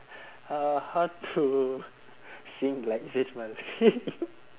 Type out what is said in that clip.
uh how to sing like zayn malik